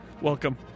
Welcome